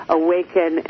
awaken